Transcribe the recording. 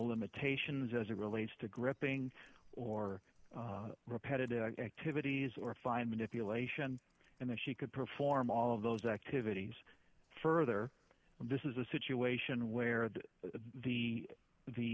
limitations as it relates to gripping or repetitive activities or fine manipulation and that she could perform all of those activities further and this is a situation where the the